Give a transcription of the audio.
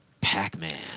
Pac-Man